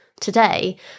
today